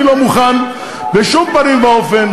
אני לא מוכן בשום פנים ואופן,